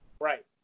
Right